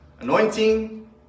Anointing